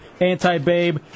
anti-babe